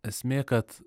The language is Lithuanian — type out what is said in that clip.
esmė kad